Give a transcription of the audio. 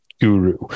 guru